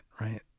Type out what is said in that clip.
right